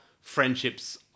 friendships